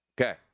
Okay